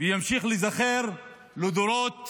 וימשיך להיזכר לדורות